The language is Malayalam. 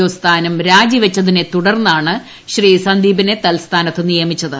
ഓ സ്ഥാനം രാജി വച്ചതിനെ തുടർന്നാണ് സ്ന്ദ്രീപിനെ തൽസ്ഥാനത്ത് നിയമിച്ചത്